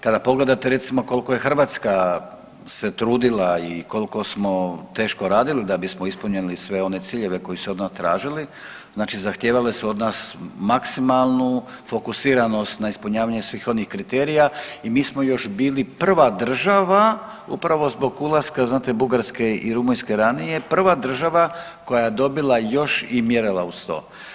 Kada pogledate recimo koliko Hrvatska se trudila i koliko smo teško radili da bismo ispunili sve one ciljeve koji su se od nas tražili, znači zahtijevale su od nas maksimalnu fokusiranost na ispunjavanje svih onih kriterija i mi smo još bili prva država upravo zbog ulaska znate Bugarske i Rumunjske ranije, prva država koja je dobila još i mjerila uz to.